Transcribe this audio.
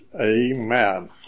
Amen